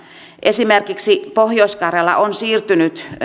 esimerkiksi pohjois karjala on siirtynyt